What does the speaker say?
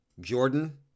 Jordan